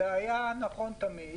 זה היה נכון תמיד,